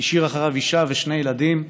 השאיר אחריו אישה ושני ילדים.